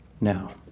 Now